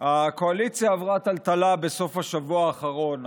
הקואליציה עברה טלטלה בסוף השבוע האחרון,